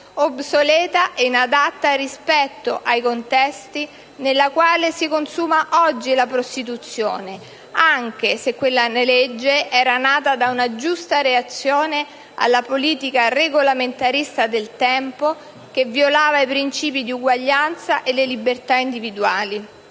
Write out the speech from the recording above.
obsoleta ed inadatta rispetto ai contesti nella quale si consuma oggi la prostituzione, anche se quella legge era nata da una giusta reazione alla politica regolamentarista del tempo, che violava i principi di eguaglianza e le libertà individuali.